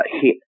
hit